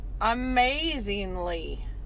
amazingly